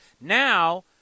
Now